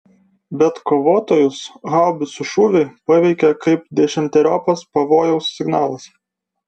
bet kovotojus haubicų šūviai paveikė kaip dešimteriopas pavojaus signalas